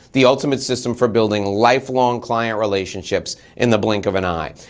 the ultimate system for building lifelong client relationships in the blink of an eye.